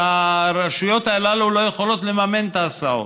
והרשויות הללו לא יכולות לממן את ההסעות.